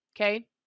okay